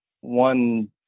one